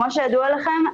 כמו שידוע לכם,